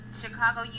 chicago